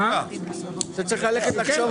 הישיבה ננעלה בשעה